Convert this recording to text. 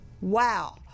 Wow